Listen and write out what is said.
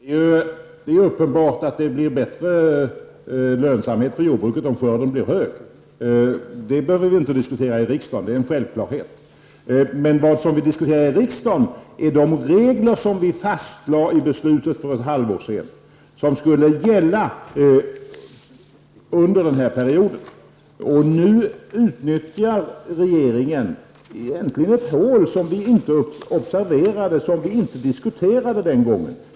Herr talman! Det är ju uppenbart att lönsamheten blir bättre för jordbruket om skörden blir stor. Det behöver vi inte diskutera i riksdagen. Det är en självklarhet. Men vad vi diskuterar i riksdagen är de regler som vi fastlade i beslutet för ett halvår sedan och som skulle gälla under den här perioden. Nu utnyttjar regeringen egentligen ett hål som vi inte observerade och som vi inte diskuterade den gången.